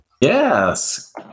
Yes